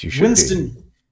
Winston